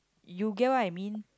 you get what I mean